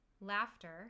laughter